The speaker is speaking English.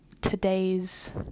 today's